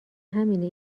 همینه